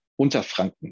Unterfranken